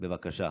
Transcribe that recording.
בבקשה.